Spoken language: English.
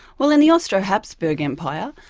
well in the austro-hapsburg empire,